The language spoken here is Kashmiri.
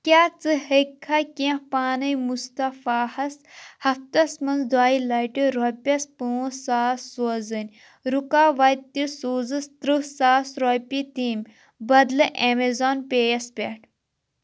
کیٛاہ ژٕ ہیٚکِکھا کیٚنٛہہ پانَے مُصطفیٰ ہَس ہفتس منٛز دۄیہِ لَٹہِ رۄپیَس پٲنٛژھ ساس سوزٕنۍ رُکاوتہِ سوزُس تٕرٛہ ساس روپیِہ تٔمۍ بدلہٕ ایمازان پے یَس پٮ۪ٹھ